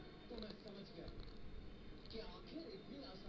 जब तू कुच्छो पलबा त सरकार के बताए के होला